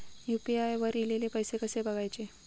UPI वर ईलेले पैसे कसे बघायचे?